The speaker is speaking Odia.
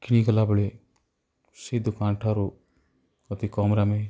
କିଣିଗଲାବେଳେ ସେ ଦୋକାନ ଠାରୁ ଅତି କମ୍ରେ ଆମେ